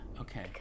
Okay